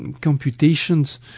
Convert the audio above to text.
computations